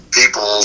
people